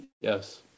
Yes